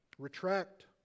Retract